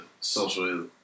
social